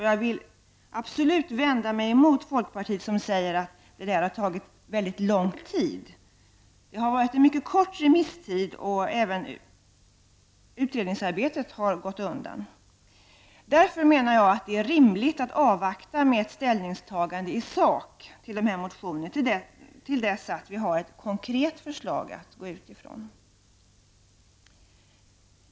Jag vill absolut vända mig emot folkpartiet, som säger att det har tagit mycket lång tid. Det har varit en mycket kort remisstid, och även utredningsarbetet har gått undan. Därför menar jag att det är rimligt att avvakta med ett ställningstagande i sak till dessa motioner till dess att vi har ett konkret förslag att utgå ifrån.